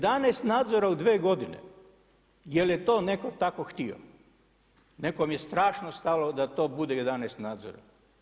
11 nadzora u dvije godine, jel je to tako neko htio, nekom je strašno stalo da to bude 11 nadzora.